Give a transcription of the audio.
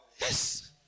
Yes